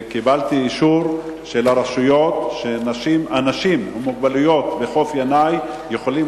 קיבלתי אישור של הרשויות שאנשים עם מוגבלויות יכולים